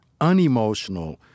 unemotional